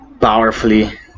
powerfully